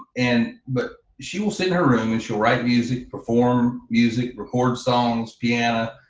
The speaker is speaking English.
and but she will sit in her room and she'll write music, perform music, record songs, piano,